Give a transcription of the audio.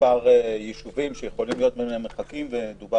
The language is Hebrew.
ממספר ישובים שיכולים להיות ביניהם מרחקים ודובר